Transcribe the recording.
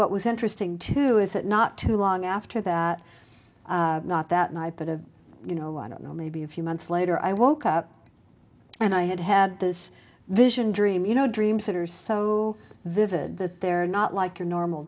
what was interesting too is that not too long after that not that i put a you know i don't know maybe a few months later i woke up and i had had this vision dream you know dreams that are so vivid that they're not like your normal